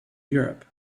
europe